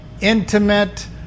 intimate